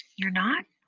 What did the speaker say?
you're not?